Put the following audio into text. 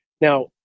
Now